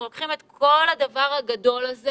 אנחנו לוקחים את כל הדבר הגדול הזה